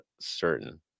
certain